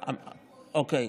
אוקיי.